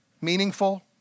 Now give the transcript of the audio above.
meaningful